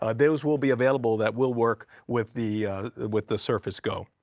ah those will be available that will work with the with the surface go.